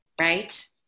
Right